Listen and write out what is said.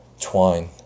twine